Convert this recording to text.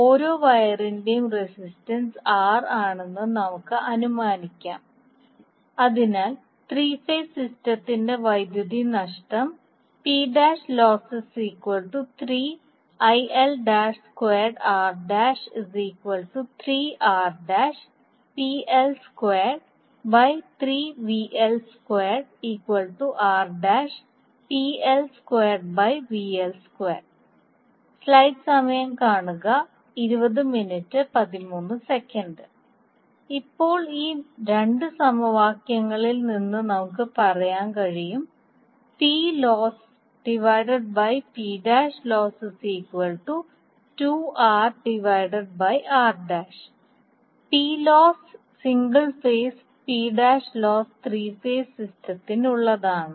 ഓരോ വയറിന്റെയും resistance R ആണെന്ന് നമുക്ക് അനുമാനിക്കാം അതിനാൽ ത്രീ ഫേസ് സിസ്റ്റത്തിന്റെ വൈദ്യുതി നഷ്ടം ഇപ്പോൾ ഈ 2 സമവാക്യങ്ങളിൽ നിന്ന് നമുക്ക് പറയാൻ കഴിയും സിംഗിൾ ഫേസ് ത്രീ ഫേസ് സിസ്റ്റത്തിനുള്ളതാണ്